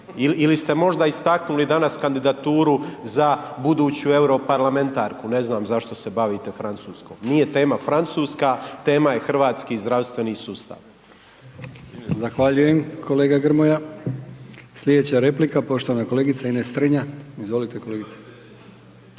ili ste možda istaknuli danas kandidaturu za buduću europarlamentarku ne znam zašto se bavite Francuskom, nije tema Francuska, tema je hrvatski zdravstveni sustav. **Brkić, Milijan (HDZ)** Zahvaljujem kolega Grmoja. Slijedeća replika poštovana kolegica Ines Strenja, izvolite kolegice.